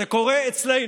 זה קורה אצלנו.